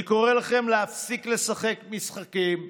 אני קורא לכם להפסיק לשחק משחקים,